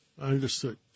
understood